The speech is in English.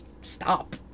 stop